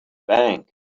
bank